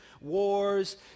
wars